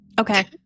Okay